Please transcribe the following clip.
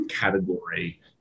category